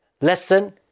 lesson